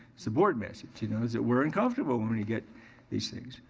so board message. you know, is that we're uncomfortable when we get these things.